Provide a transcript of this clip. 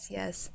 yes